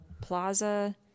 Plaza